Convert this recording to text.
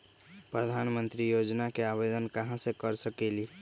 प्रधानमंत्री योजना में आवेदन कहा से कर सकेली?